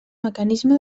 mecanisme